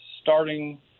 starting